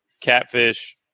catfish